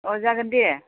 अह जागोन दे